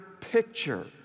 picture